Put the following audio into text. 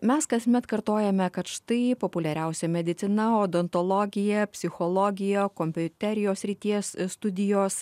mes kasmet kartojame kad štai ji populiariausia medicina odontologija psichologija kompiuterijos srities studijos